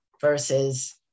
versus